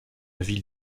ville